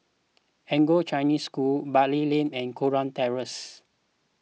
Anglo Chinese School Bali Lane and Kurau Terrace